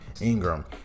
Ingram